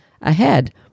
ahead